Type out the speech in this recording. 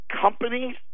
companies